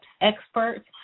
experts